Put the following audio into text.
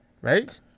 right